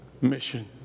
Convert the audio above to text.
mission